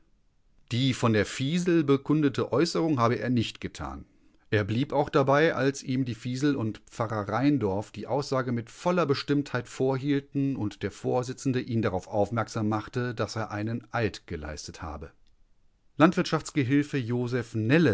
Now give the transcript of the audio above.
die von der fiesel bekundete äußerung habe er nicht getan er blieb auch dabei als ihm die fiesel und pfarrer rheindorf die aussage mit voller bestimmtheit vorhielten und der vorsitzende ihn darauf aufmerksam machte daß er einen eid geleistet habe landwirtschaftsgehilfe joseph